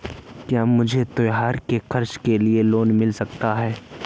क्या मुझे त्योहार के खर्च के लिए लोन मिल सकता है?